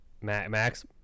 max